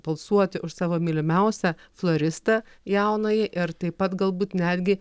balsuoti už savo mylimiausią floristą jaunąjį ir taip pat galbūt netgi